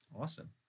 Awesome